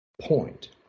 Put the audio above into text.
point